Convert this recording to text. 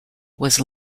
was